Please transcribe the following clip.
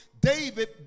David